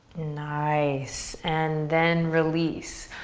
nice, and then release.